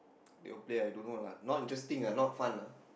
they all player lah I don't know lah not interesting ah not fun lah